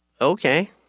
Okay